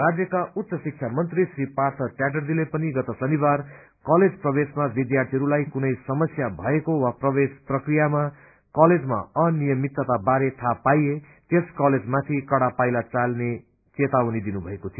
राज्यका उच्च शिक्ष मन्त्री श्री पांथ च्याटर्जीले पनि गत शनिबार भन्नुभएको थियो कि कलेज प्रवेशमा विध्यार्थीहरू कुनै समस्या भएका वा प्रवेश प्रक्रियामा कलेजमा अनियमित्तता बारे थाहा पाइए त्यस कलेज माथि कड़ा पाइला चालिने चेतावनी दिनुभएको थियो